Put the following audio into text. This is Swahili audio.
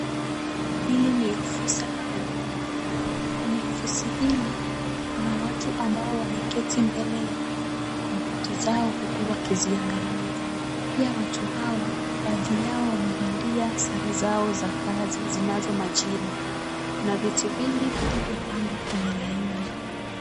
Hili ni ofisi la huduma. Kwenye ofisi hili, kuna watu ambao wameketi mbele ya kompyuta zao huku wakiziangalia. Pia watu hawa, baadhi yao wamevalia sare zao za kazi zinazo majina. Kuna viti vingi vilivyopangwa kwenye laini.